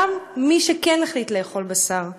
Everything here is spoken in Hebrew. גם מי שכן החליט לאכול בשר.